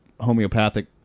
homeopathic